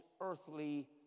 earthly